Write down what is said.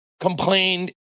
complained